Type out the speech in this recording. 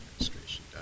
administration